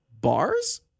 Bars